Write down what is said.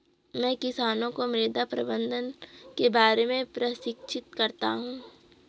मैं किसानों को मृदा प्रबंधन के बारे में प्रशिक्षित करता हूँ